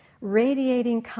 Radiating